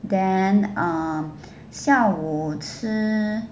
then ah 下午吃